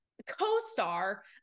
co-star